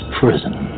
prison